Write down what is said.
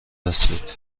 رسید